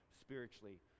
spiritually